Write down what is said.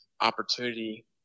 opportunity